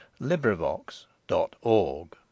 LibriVox.org